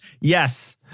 Yes